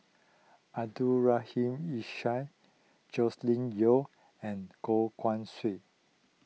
Abdul Rahim Ishak Joscelin Yeo and Goh Guan Siew